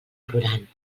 plorant